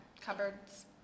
Cupboards